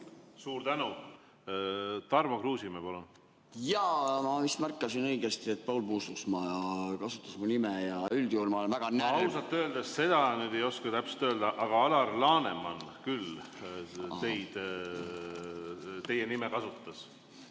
üldjuhul ma olen väga ... Jaa, ma vist märkasin õigesti, et Paul Puustusmaa kasutas minu nime ja üldjuhul ma olen väga ... Ausalt öeldes seda nüüd ei oska täpselt öelda, aga Alar Laneman küll teie nime kasutas.